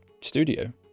studio